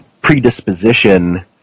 predisposition